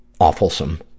awfulsome